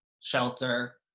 shelter